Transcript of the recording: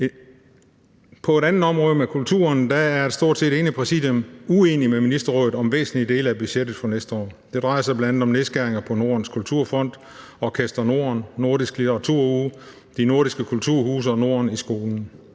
På et andet område, nemlig kulturen, er et stort set enigt præsidium uenig med ministerrådet om væsentlige dele af budgettet for næste år. Det drejer sig bl.a. om nedskæringer på Nordisk Kulturfond, Orkester Norden, nordisk litteraturuge, de nordiske kulturhuse og Norden i Skolen